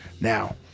Now